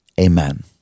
Amen